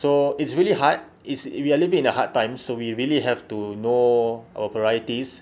so it's really hard it's we are living in a hard time so we really have to you know our priorities